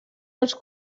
ens